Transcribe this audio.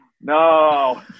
no